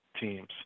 teams